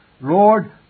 Lord